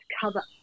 cover